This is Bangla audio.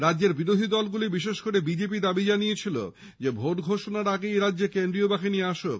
রাজ্যের বিরোধী দলগুলি বিশেষ করে বিজেপি দাবি জানিয়েছিল ভোট ঘোষণার আগেই এরাজ্যে কেন্দ্রীয় বাহিনী আসুক